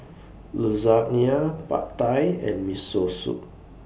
Lasagna Pad Thai and Miso Soup